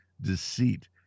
deceit